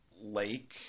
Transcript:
lake